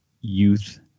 youth